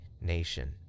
nation